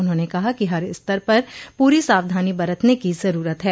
उन्होंने कहा कि हर स्तर पर पूरी सावधानी बरतने की जरूरत है